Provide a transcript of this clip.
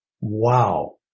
wow